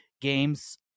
games